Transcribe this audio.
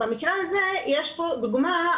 במקרה הזה יש פה דוגמה,